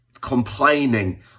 complaining